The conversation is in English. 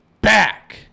back